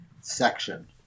section